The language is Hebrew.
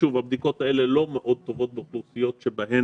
שוב, הבדיקות האלה לא מאוד טובות באוכלוסיות שבהן